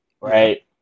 right